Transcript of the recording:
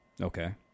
Okay